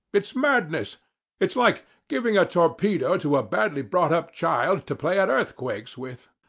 it's madness it's like giving a torpedo to a badly brought up child to play at earthquakes with.